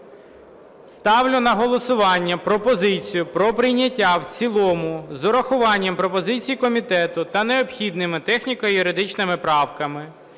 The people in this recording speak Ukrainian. Ставлю на голосування пропозицію про прийняття в цілому з урахуванням пропозицій комітету та необхідними техніко-юридичними правками